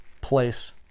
place